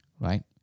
Right